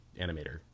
animator